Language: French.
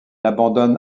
abandonne